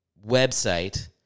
website